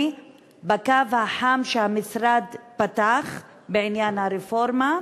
בקו החם שהמשרד פתח בעניין הרפורמה.